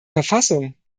verfassung